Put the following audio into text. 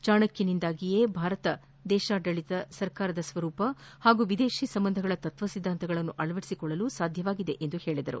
ಚಾಣಕ್ಷನಿಂದಾಗಿಯೇ ಭಾರತ ದೇಶಾಡಳಿತ ಸರ್ಕಾರದ ಸ್ವರೂಪ ಹಾಗೂ ವಿದೇಶಿ ಸಂಬಂಧಗಳ ತತ್ವ ಸಿದ್ದಾಂತಗಳನ್ನು ಅಳವಡಿಸಿಕೊಳ್ಳಲು ಸಾಧ್ಯವಾಗಿದೆ ಎಂದು ಹೇಳಿದರು